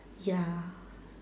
ya